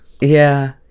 yeah-